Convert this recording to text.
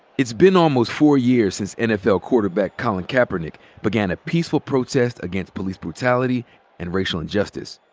it's been almost four years since nfl quarterback colin kaepernick began a peaceful protest against police brutality and racial injustice,